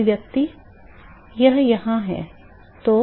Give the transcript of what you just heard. अभिव्यक्ति यह यहाँ है